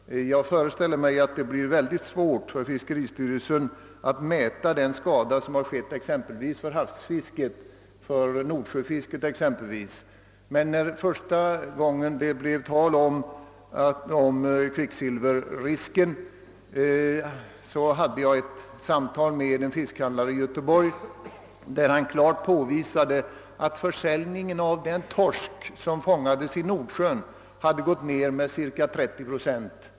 Jag föreställer mig att det blir svårt för fiskeristyrelsen att mäta den skada som har åsamkats exempelvis nordsjöfisket. När kvicksilverrisken första gången kom på tal hade jag ett samtal med en fiskhandlare. i Göteborg. Han påvisade att försäljningen av den torsk som fångas i Nordsjön hade gått ned med ca 30 procent.